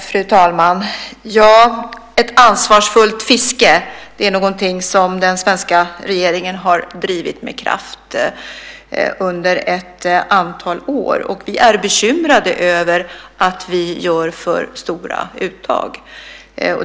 Fru talman! Frågan om ett ansvarsfullt fiske är någonting som den svenska regeringen har drivit med kraft under ett antal år. Och vi är bekymrade över att vi gör för stora uttag.